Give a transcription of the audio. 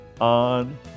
on